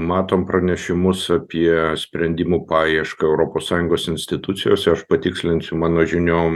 matom pranešimus apie sprendimų paiešką europos sąjungos institucijose aš patikslinsiu mano žiniom